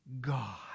God